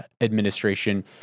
administration